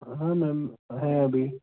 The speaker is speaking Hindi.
हाँ मैम है अभी